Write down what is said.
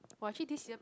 !wah! actually this year